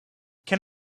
can